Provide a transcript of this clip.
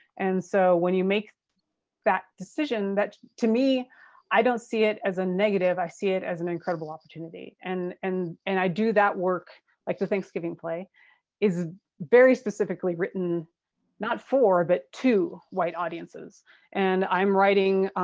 and so when you make that decision, that to me i don't see it as a negative, i see it as an incredible opportunity and and and i do that work like the thanksgiving play is specifically written not for, but to white audiences and i'm writing,